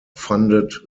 funded